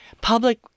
public